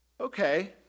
Okay